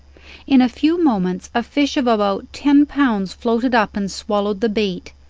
in a few moments a fish of about ten pounds floated up and swallowed the bait,